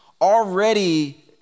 already